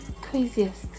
craziest